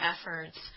efforts